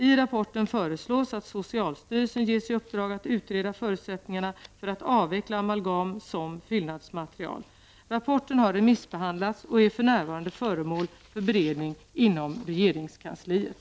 I rapporten föreslås att socialstyrelsen ges i uppdrag att utreda förutsättningarna för att avveckla amalgam som fyllnadsmaterial. Rapporten har remissbehandlats och är för närvarande föremål för beredning inom regeringskansliet.